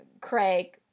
Craig